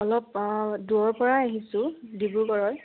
অলপ দূৰৰপৰাই আহিছোঁ ডিব্ৰুগড়ৰৰ